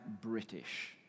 British